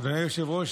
אדוני היושב-ראש,